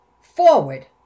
forward